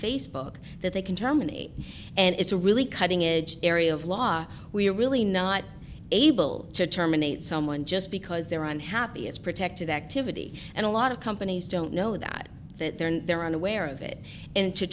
facebook that they can terminate and it's a really cutting edge area of law we're really not able to terminate someone just because there are unhappy is protected activity and a lot of companies don't know that that there and they're unaware of it and to